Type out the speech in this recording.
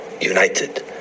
United